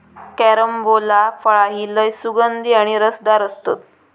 carambola फळा ही लय सुगंधी आणि रसदार असतत